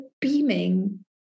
beaming